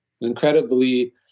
incredibly